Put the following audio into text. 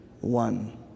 one